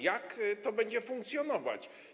Jak to będzie funkcjonować?